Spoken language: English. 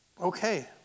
Okay